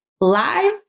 live